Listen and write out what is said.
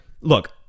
look